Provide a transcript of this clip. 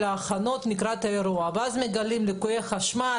ההכנות לקראת האירוע ואז מגלים ליקויי חשמל,